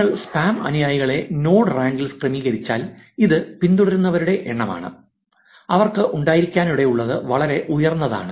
നിങ്ങൾ സ്പാം അനുയായികളെ നോഡ് റാങ്കിൽ ക്രമീകരിച്ചാൽ അത് പിന്തുടരുന്നവരുടെ എണ്ണമാണ് അവർക്ക് ഉണ്ടായിരിക്കാനിടയുള്ളത് വളരെ ഉയർന്നതാണ്